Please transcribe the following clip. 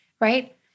right